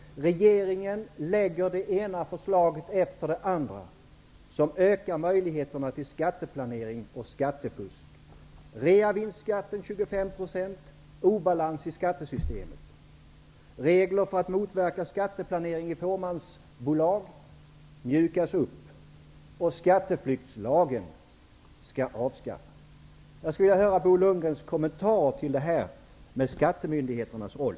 Regeringen lägger fram det ena förslaget efter det andra som ökar möjligheterna till skatteplanering och skattefusk. Reavinstskatten skall bli 25 %, vilket ger obalans i skattesystemet. Reglerna för att motverka skatteplanering i fåmansbolag mjukas upp. Skatteflyktslagen skall avskaffas. Jag skulle vilja höra Bo Lundgrens kommentar angående skattemyndigheternas roll.